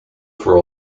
for